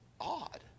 odd